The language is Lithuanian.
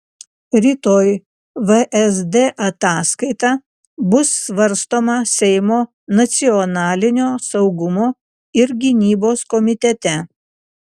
rytoj vsd ataskaita bus svarstoma seimo nacionalinio saugumo ir gynybos komitete